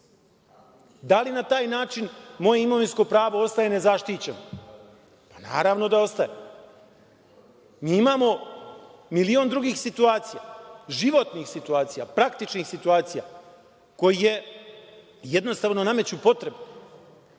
Da li na taj način moje imovinsko pravo ostaje nezaštićeno? Naravno da ostaje. Imamo milion drugih situacija, životnih situacija, praktičnih situacija koje jednostavno nameću potrebu